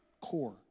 core